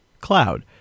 cloud